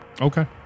Okay